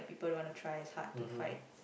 people want to try is hard to fight